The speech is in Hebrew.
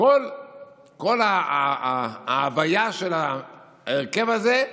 כל ההוויה של ההרכב הזה היא: